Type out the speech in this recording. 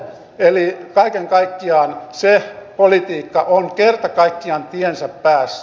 eli kaiken kaikkiaan se politiikka on kerta kaikkiaan tiensä päässä